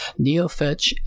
NeoFetch